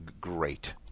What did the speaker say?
great